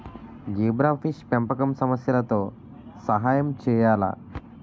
Zebrafish పెంపకం సమస్యలతో సహాయం చేయాలా?